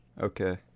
Okay